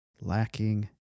lacking